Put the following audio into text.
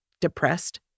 depressed